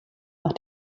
nach